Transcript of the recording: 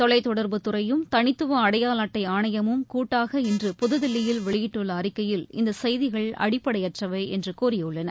தொலை தொடர்பு துறையும் தனித்துவ அடையாள அட்டை ஆணையமும் கூட்டாக இன்று புதுதில்லியில் வெளியிட்டுள்ள அறிக்கையில் இந்த செய்திகள் அடிப்படையற்றவை என்று கூறியுள்ளன